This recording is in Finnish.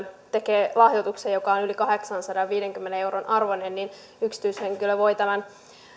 tekee korkeakoululle lahjoituksen joka on yli kahdeksansadanviidenkymmenen euron arvoinen niin yksityishenkilö voi tämän